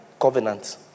Covenant